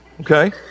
Okay